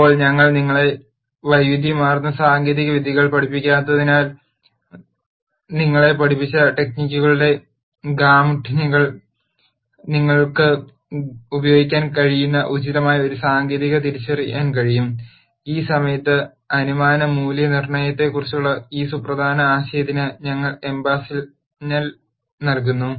ഇപ്പോൾ ഞങ്ങൾ നിങ്ങളെ വൈവിധ്യമാർന്ന സാങ്കേതിക വിദ്യകൾ പഠിപ്പിക്കാത്തതിനാൽ നിങ്ങളെ പഠിപ്പിച്ച ടെക്നിക്കുകളുടെ ഗാമുട്ടിനുള്ളിൽ നിങ്ങൾക്ക് ഉപയോഗിക്കാൻ കഴിയുന്ന ഉചിതമായ ഒരു സാങ്കേതികത തിരിച്ചറിയാൻ കഴിയും ഈ സമയത്ത് അനുമാന മൂല്യനിർണ്ണയത്തെക്കുറിച്ചുള്ള ഈ സുപ്രധാന ആശയത്തിന് ഞങ്ങൾ emphas ന്നൽ നൽകുന്നു